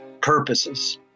purposes